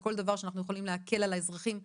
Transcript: כל דבר שאנחנו יכולים להקל על האזרחים,